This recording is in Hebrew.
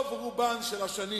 ברוב השנים